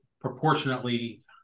proportionately